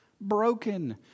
broken